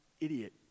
idiot